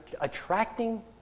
attracting